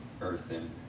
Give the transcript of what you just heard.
earthen